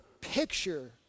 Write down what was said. picture